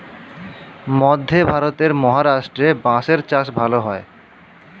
মধ্যে ভারতের মহারাষ্ট্রে বাঁশের ভালো চাষ হয়